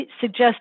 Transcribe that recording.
suggest